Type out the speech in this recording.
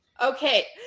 Okay